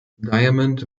diamond